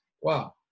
wow